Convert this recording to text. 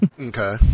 Okay